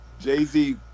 Jay-Z